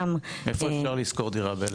איפה אפשר לשכור דירה ב-1,351?